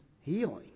healing